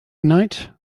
night